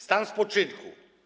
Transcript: Stan spoczynku.